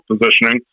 positioning